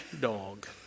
dog